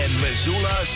Missoula